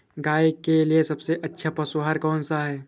गाय के लिए सबसे अच्छा पशु आहार कौन सा है?